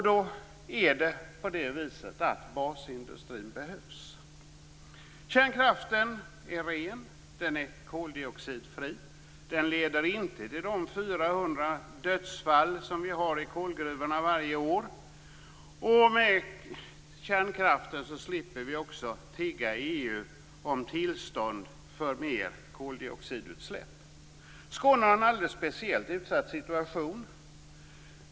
Då behövs basindustrin. Kärnkraften är ren. Den är koldioxidfri. Den leder inte till 400 dödsfall som dem vi har i kolgruvorna varje år. Med kärnkraften slipper vi tigga EU om tillstånd för mer koldioxidutsläpp. Skåne har en alldeles speciellt utsatt situation.